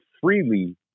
freely